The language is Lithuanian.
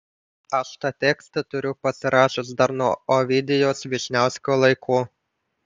aš tą tekstą turiu pasirašęs dar nuo ovidijaus vyšniausko laikų